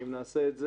אם נעשה את זה,